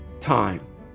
Time